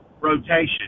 rotation